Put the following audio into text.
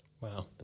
Wow